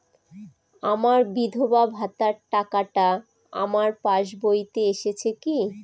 আমার বিধবা ভাতার টাকাটা আমার পাসবইতে এসেছে কি?